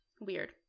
Weird